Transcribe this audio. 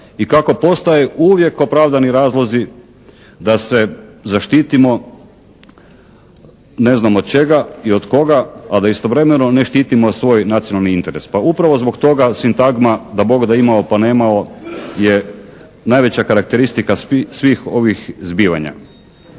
i kako postoje uvijek opravdani razlozi da se zaštitimo ne znam od čega ili od koga, ali istovremeno ne štitimo svoj nacionalni interes, pa upravo zbog toga sintagma "dabogda imao pa nemao" je najveća karakteristika svih ovih zbivanja.